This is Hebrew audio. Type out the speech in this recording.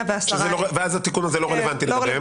ואז התיקון הזה לא רלוונטי לגביהם.